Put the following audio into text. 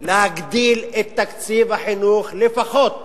להגדיל את תקציב החינוך לפחות